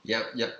yup yup